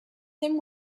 him